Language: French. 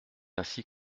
ainsi